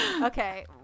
Okay